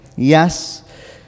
Yes